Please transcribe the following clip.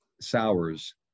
sours